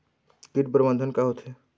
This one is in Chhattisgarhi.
कीट प्रबंधन का होथे?